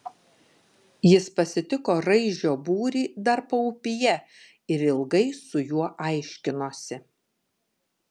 jis pasitiko raižio būrį dar paupyje ir ilgai su juo aiškinosi